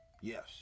Yes